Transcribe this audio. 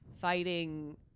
Fighting